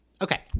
okay